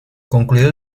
concluyó